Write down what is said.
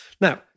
Now